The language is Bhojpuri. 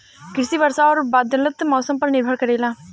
कृषि वर्षा और बदलत मौसम पर निर्भर करेला